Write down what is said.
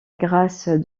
grâce